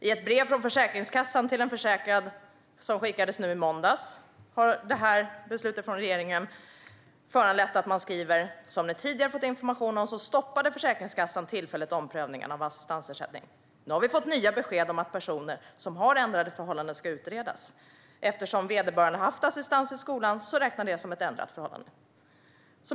I ett brev som skickades i måndags från Försäkringskassan till en försäkrad har beslutet från regeringen föranlett att man skriver på följande sätt: Som ni tidigare har fått information om stoppade Försäkringskassan tillfälligt omprövningarna av assistansersättning. Nu har vi fått nya besked om att personer som har ändrade förhållanden ska utredas. Eftersom vederbörande har haft assistans i skolan räknas det som ett ändrat förhållande.